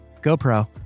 GoPro